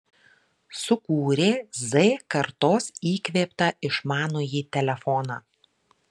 sukūrė z kartos įkvėptą išmanųjį telefoną